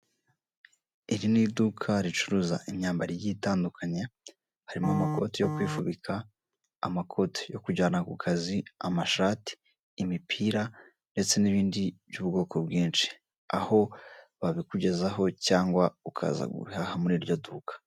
Iri ni iduka ricuruza imyambaro igiye itandukanye; harimo amakoti yo kwifubika, amakoti yo kujyana ku kazi, amashati, imipira ndetse n'ibindi by'ubwoko bwinshi; aho babikugezaho cyangwa ukaza guhaha muri iryo duka.